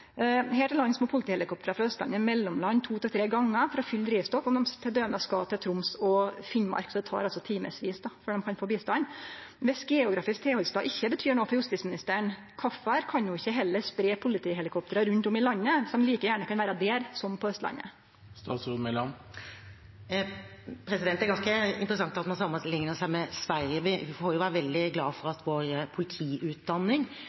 til lands må politihelikoptera frå Austlandet mellomlande to–tre gonger for å fylle drivstoff om dei t.d. skal til Troms og Finnmark. Det tar altså timevis før ein kan få bistand. Viss geografisk tilhaldsstad ikkje betyr noko for justisministeren, kvifor kan ho ikkje heller spreie politihelikoptera rundt om i landet, som like gjerne kan vere der som på Austlandet? Det er ganske interessant at man sammenligner seg med Sverige. Vi må være veldig glade for